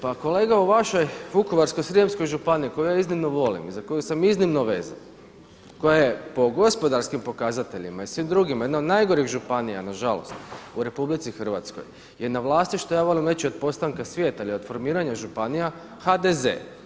Pa kolega u vašoj Vukovarsko-srijemskoj županiji koju ja iznimno volim i za koju sam iznimno vezan, koja je po gospodarskim pokazateljima i svim drugima jedna od najgorih županija na žalost u Republici Hrvatskoj jer je na vlasti što ja volim reći već od postanka svijeta ili od formiranja županija HDZ.